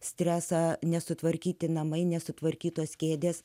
stresą nesutvarkyti namai nesutvarkytos kėdės